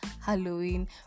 halloween